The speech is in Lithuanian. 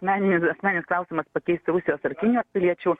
meninis asmeninis klausimas pakeist rusijos ar kinijos piliečių